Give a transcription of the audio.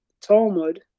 Talmud